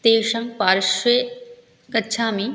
तेषां पार्श्वे गच्छामि